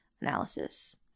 analysis